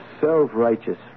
self-righteous